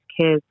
kids